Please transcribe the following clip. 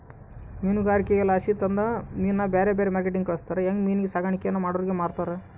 ಮೀನುಗಾರಿಕೆಲಾಸಿ ತಂದ ಮೀನ್ನ ಬ್ಯಾರೆ ಬ್ಯಾರೆ ಮಾರ್ಕೆಟ್ಟಿಗೆ ಕಳಿಸ್ತಾರ ಹಂಗೆ ಮೀನಿನ್ ಸಾಕಾಣಿಕೇನ ಮಾಡೋರಿಗೆ ಮಾರ್ತಾರ